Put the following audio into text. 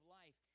life